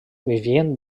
vivien